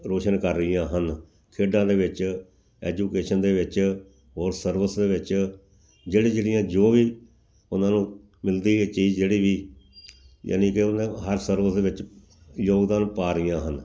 ਰੋਸ਼ਨ ਕਰ ਰਹੀਆਂ ਹਨ ਖੇਡਾਂ ਦੇ ਵਿੱਚ ਐਜੂਕੇਸ਼ਨ ਦੇ ਵਿੱਚ ਔਰ ਸਰਵਿਸ ਦੇ ਵਿੱਚ ਜਿਹੜੀਆਂ ਜਿਹੜੀਆਂ ਜੋ ਵੀ ਉਹਨਾਂ ਨੂੰ ਮਿਲਦੀ ਇਹ ਚੀਜ਼ ਜਿਹੜੀ ਵੀ ਜਾਣੀ ਕਿ ਉਹਦਾ ਹਰ ਸਰਵਿਸ ਦੇ ਵਿੱਚ ਯੋਗਦਾਨ ਪਾ ਰਹੀਆਂ ਹਨ